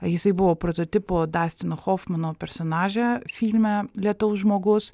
jisai buvo prototipo dastino hofmano personaže filme lietaus žmogus